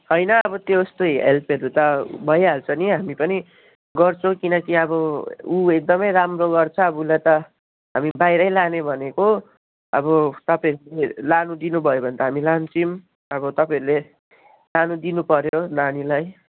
होइन अब त्यो त्यस्तो हेल्पहरू त भइहाल्छ नि हामी पनि गर्छौँ किनकि अब ऊ एकदमै राम्रो गर्छ अब उसलाई त हामी बाहिरै लाने भनेको अब तपाईँहरूले लानु दिनुभयो भने त हामी लान्थ्यौँ अब तपाईँहरूले लानु दिनु पऱ्यो नानीलाई